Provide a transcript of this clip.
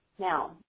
Now